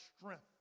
strength